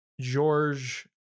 george